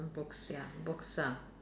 books ya books ah